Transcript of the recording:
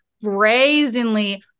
brazenly